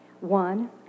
One